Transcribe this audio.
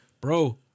Bro